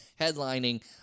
headlining